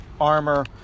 armor